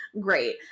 great